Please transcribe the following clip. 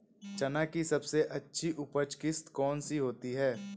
चना की सबसे अच्छी उपज किश्त कौन सी होती है?